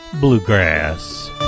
Bluegrass